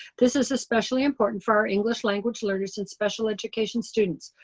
this is especially important for our english language learners and special education students.